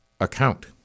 account